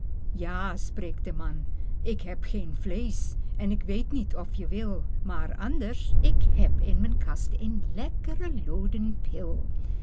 spreekt de man ik heb geen vleesch en k weet niet of je wil maar anders ik heb in mijn kast een lekk're looden